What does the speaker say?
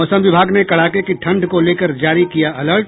मौसम विभाग ने कड़ाके की ठंड को लेकर जारी किया अलर्ट